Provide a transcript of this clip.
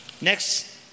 Next